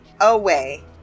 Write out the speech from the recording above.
away